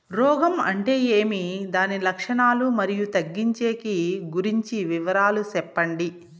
రోగం అంటే ఏమి దాని లక్షణాలు, మరియు తగ్గించేకి గురించి వివరాలు సెప్పండి?